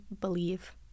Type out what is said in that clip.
believe